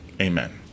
Amen